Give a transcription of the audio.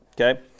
Okay